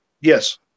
Yes